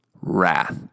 wrath